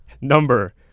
number